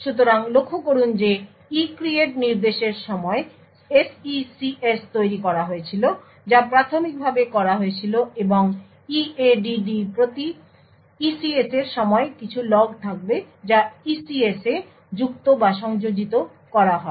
সুতরাং লক্ষ্য করুন যে ECREATE নির্দেশের সময় SECS তৈরি করা হয়েছিল যা প্রাথমিকভাবে করা হয়েছিল এবং EADD প্রতি ECS এর সময় কিছু লগ থাকবে যা ECS এ যুক্ত বা সংযোজিত করা হয়